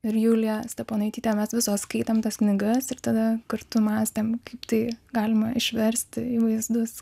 ir julija steponaitytė mes visos skaitėm tas knygas ir tada kartu mąstėm kaip tai galima išversti į vaizdus